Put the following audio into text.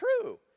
true